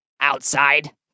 Outside